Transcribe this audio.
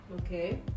okay